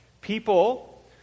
People